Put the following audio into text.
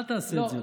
אל תעשה את זה.